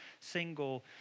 single